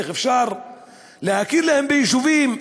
איך אפשר להכיר להם ביישובים,